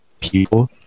people